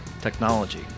technology